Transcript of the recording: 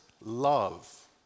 love